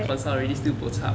consult already still bo chup